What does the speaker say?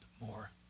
more